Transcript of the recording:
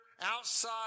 outside